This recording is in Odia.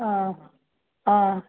ହଁ ହଁ